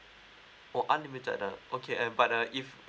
oh unlimited uh okay and but uh if